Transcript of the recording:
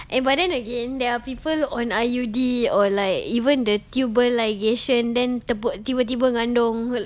eh but then again there are people on I_U_D or like even the tubal ligation then tiba-tiba mengandung